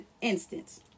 instance